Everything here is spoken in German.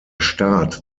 staat